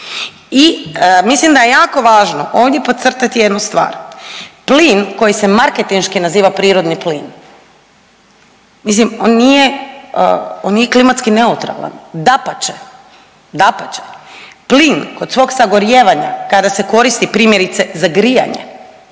i mislim da je jako važno ovdje podcrtati jednu stvar. Plin koji se marketinški naziva prirodni plin, mislim on nije, on nije klimatski neutralan, dapače, dapače. Plin kod svog sagorijevanja kada se koristi primjerice za grijanje